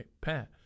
Pat